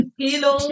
hello